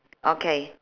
okay